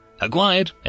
Acquired